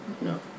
No